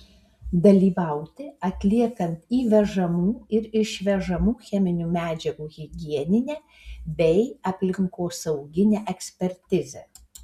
dalyvauti atliekant įvežamų ir išvežamų cheminių medžiagų higieninę bei aplinkosauginę ekspertizę